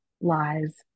lies